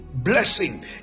blessing